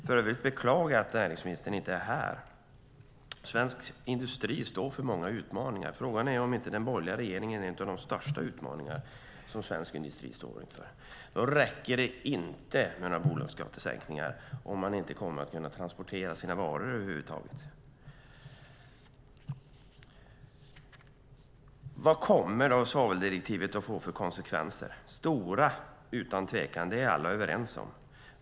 För övrigt beklagar jag att näringsministern inte är här. Svensk industri står för många utmaningar. Frågan är om inte den borgerliga regeringen är en av de största utmaningar svensk industri står inför. Då räcker det inte med några bolagsskattesänkningar om man inte kommer att kunna transportera sina varor över huvud taget. Vad kommer svaveldirektivet att få för konsekvenser? Stora, utan tvekan - det är alla överens om.